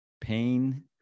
pain